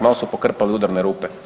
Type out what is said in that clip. Malo su pokrpali udarne rupe.